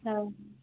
ହଁ